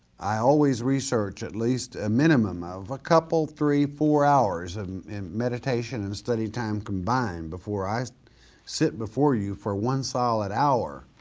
i always research at least a minimum of a couple three, four hours um in meditation and study time combined before i sit before you for one solid hour